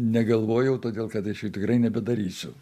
negalvojau todėl kad aš jau tikrai nebedarysiu